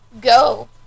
go